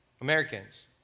Americans